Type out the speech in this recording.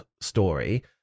story